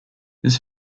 his